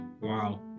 Wow